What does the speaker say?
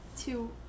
two